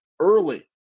early